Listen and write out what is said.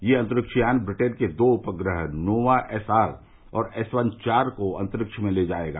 यह अन्तरिक्षयान ब्रिटेन के दो उपग्रह नोवा एसआर और एस वन चार को अन्तरिक्ष में ले जायेगा